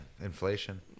Inflation